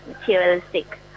materialistic